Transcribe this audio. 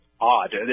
odd